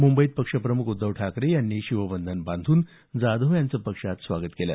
मुंबईत पक्षप्रमुख उद्धव ठाकरे यांनी शिवबंधन बांधून जाधव यांचं पक्षात स्वागत केलं